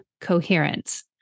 coherence